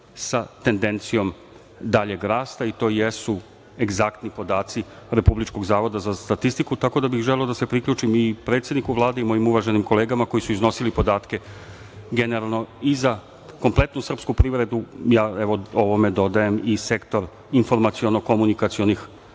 sa tendencijom daljeg rasta. To jesu egzaktni podaci Republičkog zavoda za statistiku, tako da bih želeo da se priključim i predsedniku Vlade i mojim uvaženim kolegama koji su iznosili podatke generalno i za kompletnu srpsku privredu. Ovome dodajem i sektor informaciono-komunikacionih